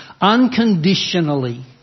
unconditionally